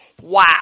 Wow